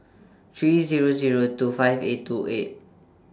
three Zero Zero two five eight two eight